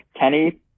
Kenny